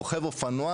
רוחב אופנוע,